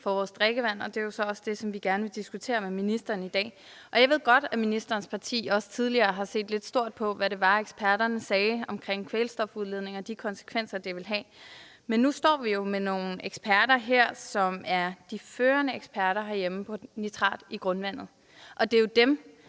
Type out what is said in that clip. og vores drikkevand. Det er så også det, vi gerne vil diskutere med ministeren i dag. Jeg ved godt, at ministerens parti også tidligere har set lidt stort på, hvad det var, eksperterne sagde om kvælstofudledning og de konsekvenser, det ville have. Men nu står vi med nogle eksperter her, som er de førende eksperter herhjemme i nitrat i grundvandet. Og det er jo